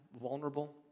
vulnerable